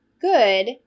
good